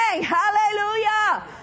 Hallelujah